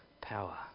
power